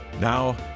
Now